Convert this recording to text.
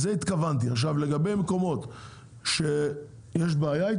אם יש מקומות שיש איתם בעיה,